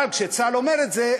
אבל כשצה"ל אומר את זה,